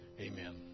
Amen